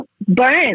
burn